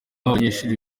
abanyeshuri